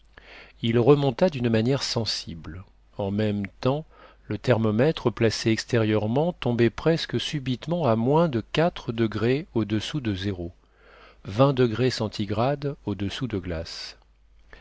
il remonta d'une manière sensible en même temps le thermomètre placé extérieurement tombait presque subitement à moins de quatre degrés au-dessous de zéro